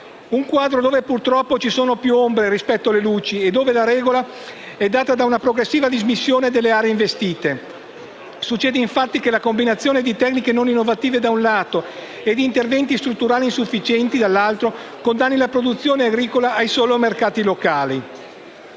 un quadro in cui, purtroppo, ci sono più ombre rispetto alle luci e dove la regola è data da una progressiva dismissione delle aree investite. Succede, infatti, che la combinazione di tecniche non innovative - da un lato - e interventi strutturali insufficienti - dall'altro - condanni la produzione di agrumi ai soli mercati locali.